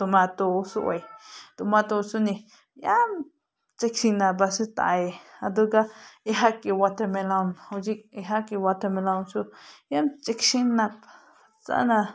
ꯇꯣꯃꯥꯇꯣꯁꯨ ꯑꯣꯏ ꯇꯣꯃꯥꯇꯣꯁꯨꯅꯤ ꯌꯥꯝ ꯆꯦꯛꯁꯤꯟꯅꯕꯁꯨ ꯇꯥꯏ ꯑꯗꯨꯒ ꯑꯩꯍꯥꯛꯀꯤ ꯋꯥꯇꯔꯃꯦꯂꯣꯟ ꯍꯧꯖꯤꯛ ꯑꯩꯍꯥꯛꯀꯤ ꯋꯥꯇꯔꯃꯦꯂꯣꯟꯁꯨ ꯌꯥꯝ ꯆꯦꯛꯁꯤꯟꯅ ꯐꯖꯅ